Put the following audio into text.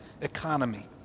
economy